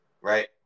right